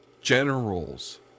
generals